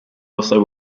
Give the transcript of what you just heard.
also